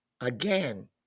Again